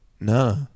No